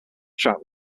track